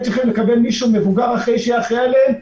צריכים לקבל שם של מבוגר שיהיה אחראי עליהם.